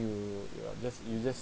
you you ah just you just